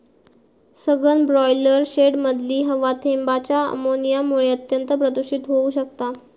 सघन ब्रॉयलर शेडमधली हवा थेंबांच्या अमोनियामुळा अत्यंत प्रदुषित होउ शकता